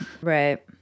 Right